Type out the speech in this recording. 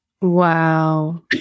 Wow